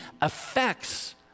affects